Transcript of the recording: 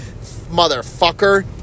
motherfucker